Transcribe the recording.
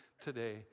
today